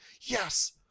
yes